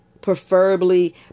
preferably